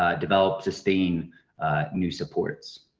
ah develop, sustain new supports.